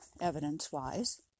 evidence-wise